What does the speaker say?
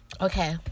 Okay